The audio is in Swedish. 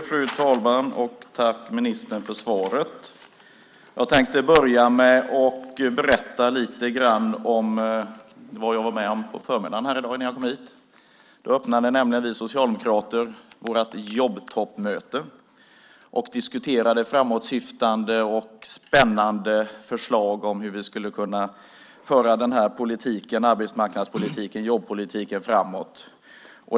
Fru talman! Tack, ministern, för svaret! Jag tänkte börja med att lite grann berätta om vad jag var med om på förmiddagen innan jag kom hit. Då öppnade nämligen vi socialdemokrater vårt jobbtoppmöte och diskuterade framåtsyftande och spännande förslag om hur vi skulle kunna föra arbetsmarknadspolitiken, jobbpolitiken, framåt.